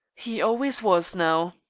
he always was, now.